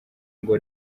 ngo